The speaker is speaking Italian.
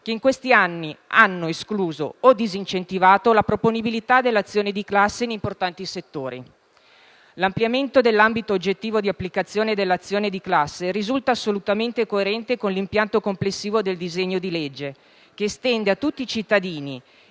che in questi anni ha escluso o disincentivato la proponibilità dell'azione di classe in importanti settori. L'ampliamento dell'ambito oggettivo di applicazione dell'azione di classe risulta assolutamente coerente con l'impianto complessivo del disegno di legge, che estende a tutti i cittadini,